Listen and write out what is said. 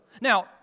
Now